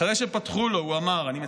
אחרי שפתחו לו, הוא אמר, אני מצטט: